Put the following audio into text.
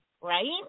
right